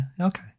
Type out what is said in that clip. Okay